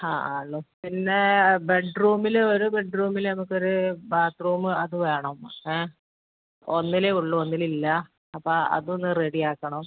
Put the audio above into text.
ആ ആണ് പിന്നെ ബെഡ്റൂമിൽ ഒരു ബെഡ്റൂമിൽ നമുക്കൊരു ബാത്റൂം അത് വേണം ഏ ഒന്നിലേ ഉള്ളൂ ഒന്നിൽ ഇല്ല അപ്പം അതൊന്ന് റെഡി ആക്കണം